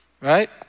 right